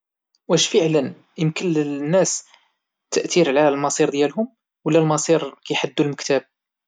واش فعلا يمكن للناس التأثير على المصير ديالهم ولا المصير كيحددوا المكتاب؟